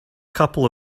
couple